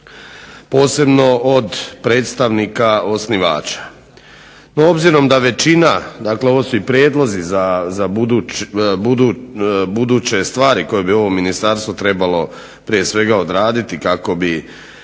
posebno od predstavnika osnivača.